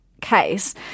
case